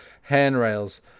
handrails